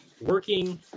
working